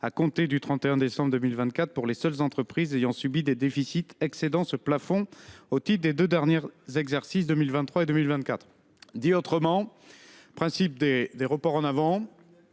à compter du 31 décembre 2024 pour les seules entreprises ayant subi des déficits excédant ce plafond au titre des deux derniers exercices 2023 et 2024. Autrement dit, il s’agit